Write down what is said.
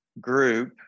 group